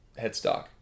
headstock